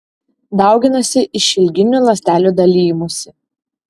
dauginasi išilginiu ląstelių dalijimusi